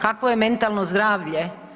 Kakvo je mentalno zdravlje?